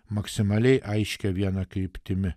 maksimaliai aiškia viena kryptimi